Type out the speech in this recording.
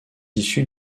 issu